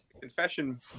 confession